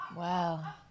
Wow